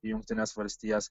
į jungtines valstijas